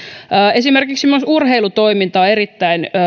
esimerkiksi myös urheilutoiminta on erittäin